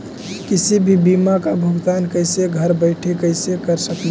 किसी भी बीमा का भुगतान कैसे घर बैठे कैसे कर स्कली ही?